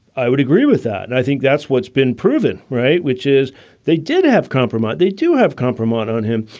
i would agree with that. and i think that's what's been proven right, which is they did have compromise. they, too, have compromised on him.